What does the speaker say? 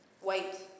White